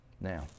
Now